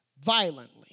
Violently